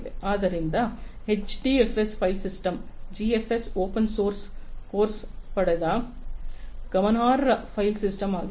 ಆದ್ದರಿಂದ HDFS file system ಜಿಎಫ್ಎಸ್ನ open source ಕೋರ್ಸ್ನಿಂದ ಪಡೆದ ಗಮನಾರ್ಹ ಫೈಲ್ ಸಿಸ್ಟಮ್ ಆಗಿದೆ